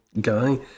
guy